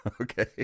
Okay